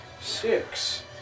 Six